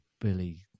Billy